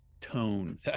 tone